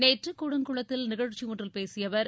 நேற்று கூடங்குளத்தில் நிகழ்ச்சியொன்றில் பேசிய அவர்